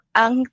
ang